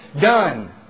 done